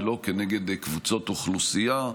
ולא כנגד קבוצות אוכלוסייה.